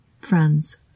Friends